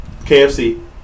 KFC